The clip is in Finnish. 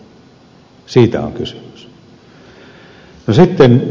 siitä on kysymys